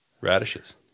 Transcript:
Radishes